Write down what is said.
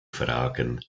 fragen